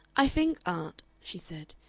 i think, aunt, she said,